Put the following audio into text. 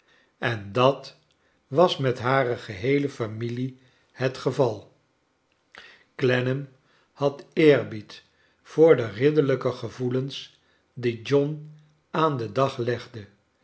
en dat was met hare eheele fiimilie het geval clennam had eerbied voor de ridderlijke gevoelens die john aan den dag legde